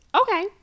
Okay